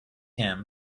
him